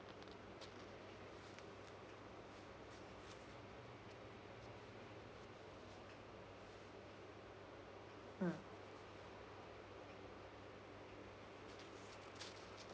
mm